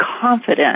confident